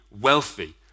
wealthy